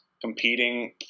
competing